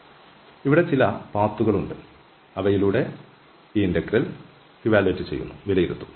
അതിനാൽ ഇവിടെ ചില പാത്ത്കളുണ്ട് അവയിലൂടെ ഈ ഇന്റഗ്രൽ വിലയിരുത്തുന്നു